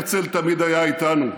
הרצל תמיד היה איתנו.